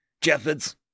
Jeffords